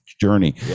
journey